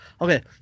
Okay